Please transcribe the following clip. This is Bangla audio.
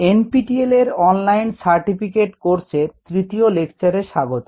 NPTEL এর অনলাইন সার্টিফিকেট কোর্স এর তৃতীয় লেকচারের স্বাগত